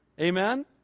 Amen